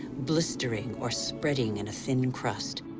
blistering or spreading in a thin crust,